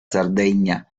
sardegna